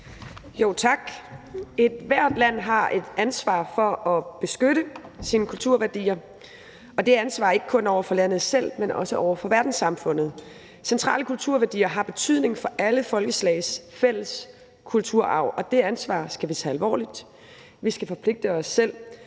Tak. Ethvert land har et ansvar for at beskytte sine kulturværdier, og det ansvar gælder ikke kun over for landet selv, men også over for verdenssamfundet. Centrale kulturværdier har betydning for alle folkeslags fælles kulturarv, og det ansvar skal vi tage alvorligt. Vi skal forpligte os selv,